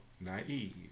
naive